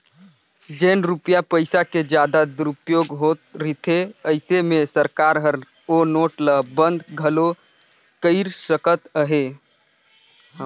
जेन रूपिया पइसा के जादा दुरूपयोग होत रिथे अइसे में सरकार हर ओ नोट ल बंद घलो कइर सकत अहे